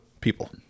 people